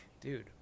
Dude